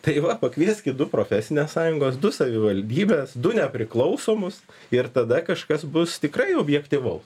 tai va pakvieskit du profesinės sąjungos du savivaldybės du nepriklausomus ir tada kažkas bus tikrai objektyvaus